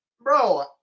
bro